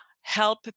help